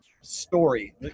story